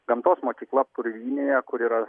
gamtos mokykla purvynėje kuri yra